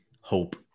hope